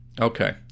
Okay